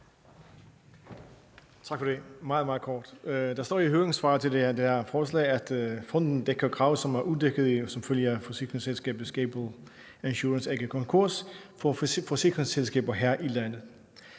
vil gøre det meget, meget kort. Der står i høringssvaret til det her forslag, at fonden dækker krav, som er udækkede som følge af forsikringsselskabet Gable Insurance AG's konkurs, fra forsikringstagere her i landet.